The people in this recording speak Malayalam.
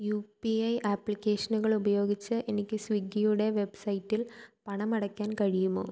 യു പി ഐ ആപ്ലിക്കേഷനുകൾ ഉപയോഗിച്ച് എനിക്ക് സ്വിഗ്ഗിയുടെ വെബ്സൈറ്റിൽ പണമടയ്ക്കാൻ കഴിയുമോ